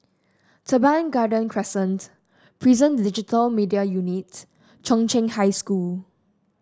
Teban Garden Crescent Prison Digital Media Unit Chung Cheng High School